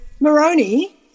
Moroni